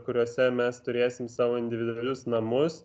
kuriose mes turėsim savo individualius namus